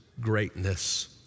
greatness